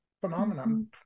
phenomenon